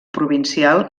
provincial